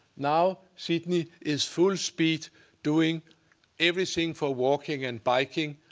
now sydney is full speed doing everything for walking and biking.